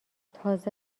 تازه